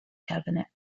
cabinet